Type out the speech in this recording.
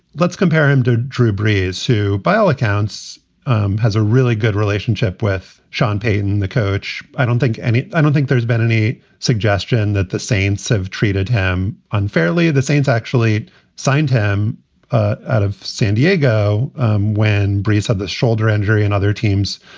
let's compare him to drew brees, who by all accounts um has a really good relationship with sean payton, the coach. i don't think and i don't think there's been any suggestion that the saints have treated him unfairly. the saints actually signed him ah out of san diego um when brees of the shoulder injury and other teams.